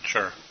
Sure